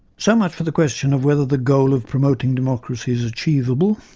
so much for the question of whether the goal of promoting democracy is achievable.